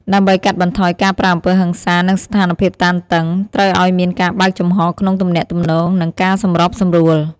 ដើម្បីកាត់បន្ថយការប្រើអំពើហិង្សា និងស្ថានភាពតានតឹង ត្រូវឲ្យមានការបើកចំហក្នុងទំនាក់ទំនង និងការសម្របសម្រួល។